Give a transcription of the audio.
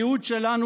הייעוד שלנו,